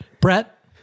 Brett